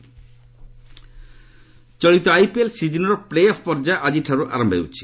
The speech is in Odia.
ଆଇପିଏଲ୍ ଚଳିତ ଆଇପିଏଲ୍ ସିଜିନ୍ର ପ୍ଲେ ଅଫ୍ ପର୍ଯ୍ୟାୟ ଆଜିଠାରୁ ଆରମ୍ଭ ହେଉଛି